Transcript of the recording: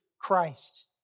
Christ